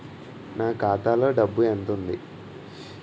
నా ఖాతాలో డబ్బు ఎంత ఉంది?